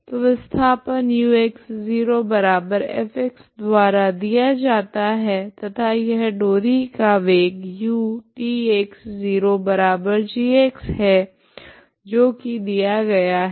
तो विस्थापन ux0f द्वारा दिया जाता है तथा यह डोरी का वेग utx0g है जो की दिया गया है